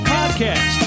Podcast